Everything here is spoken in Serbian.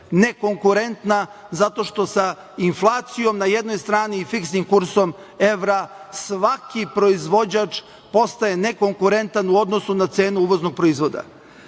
nekonkurentna zato što sa inflacijom na jednoj strani i fiksnim kursom evra svaki proizvođač postaje nekonkurentan u odnosu na cenu uvoznog proizvoda. Dakle,